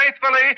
faithfully